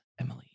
Emily